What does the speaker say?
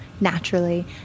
naturally